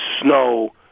snow